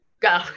go